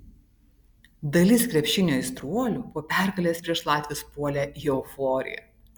dalis krepšinio aistruolių po pergalės prieš latvius puolė į euforiją